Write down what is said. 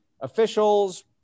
officials